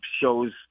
shows